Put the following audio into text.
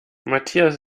matthias